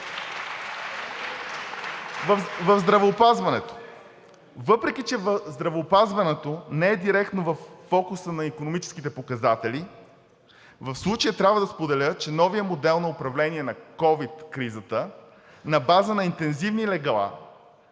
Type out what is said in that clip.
Въпреки че здравеопазването не е директно във фокуса на икономическите показатели, в случая трябва да споделя, че новият модел на управление на ковид кризата на база на интензивни легла